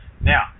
Now